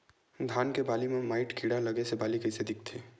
धान के बालि म माईट कीड़ा लगे से बालि कइसे दिखथे?